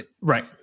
Right